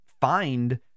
find